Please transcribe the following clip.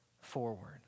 forward